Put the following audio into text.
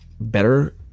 better